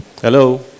Hello